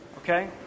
Okay